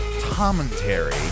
commentary